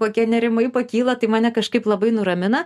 kokie nerimai pakyla tai mane kažkaip labai nuramina